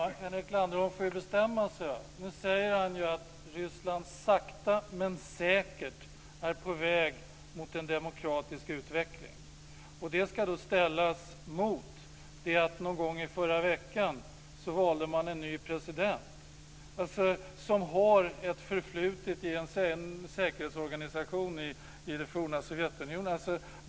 Herr talman! Henrik Landerholm får lov att bestämma sig. Nu säger han att Ryssland sakta men säkert är på väg mot en demokratisk utveckling. Det ska då ställas mot att man någon gång i förra veckan valde en ny president som har ett förflutet i en säkerhetsorganisation i det forna Sovjetunionen.